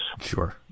sure